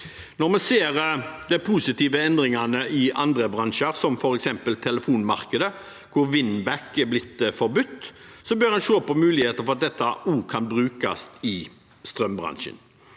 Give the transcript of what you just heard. Når vi ser de positive endringene i andre bransjer, som f.eks. i telefonmarkedet, der «winback» er blitt forbudt, bør man se på muligheten for at dette også kan brukes i strømbransjen.